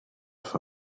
for